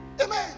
Amen